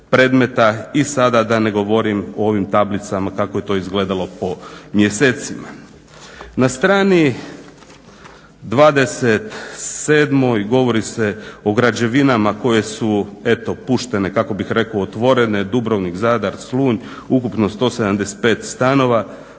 I sada da ne govorim o ovim tablicama kako je to izgledalo po mjesecima. Na strani 27. govori se o građevinama koje su eto puštene, kako bih rekao otvorene – Dubrovnik, Zadar, Slunj – ukupno 175 stanova